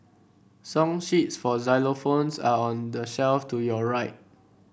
song sheets for xylophones are on the shelf to your right